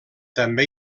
també